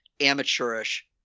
amateurish